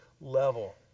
level